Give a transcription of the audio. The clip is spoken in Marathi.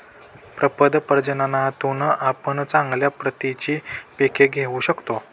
प्रपद प्रजननातून आपण चांगल्या प्रतीची पिके घेऊ शकतो